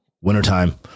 wintertime